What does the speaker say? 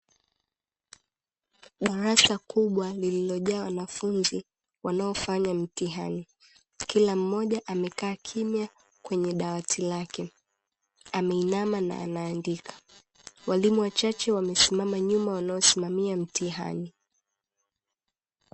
Darasa kubwa lililojawa. Wanafunzi wanaofanya mtihani. Kila mmoja amekaa kimya kwenye dawati lake, ameinama na anaandika. Walimu wachache wamesimama nyuma wanaosimamia mtihani.